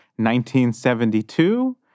1972